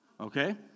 Okay